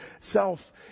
self